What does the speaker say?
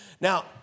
Now